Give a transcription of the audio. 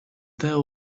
there